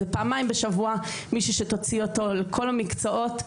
זה פעמיים בשבוע מישהי שתוציא אותו לכל המקצועות.